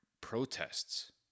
protests